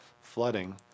flooding